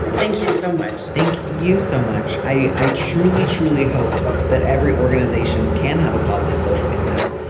thank you so much thank you so much. i i truly truly hope that every organization can have a positive social impact.